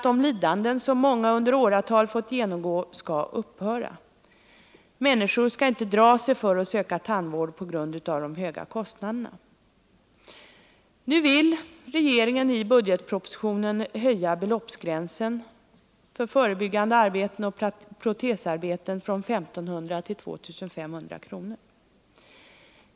De lidanden som många under åratal har fått genomgå måste upphöra. Människor skall inte dra sig för att söka tandvård på grund av de höga kostnaderna. Nu vill regeringen i budgetpropositionen höja beloppsgränsen för förebyggande arbeten och protesarbeten från 1 500 kr. till 2 500 kr.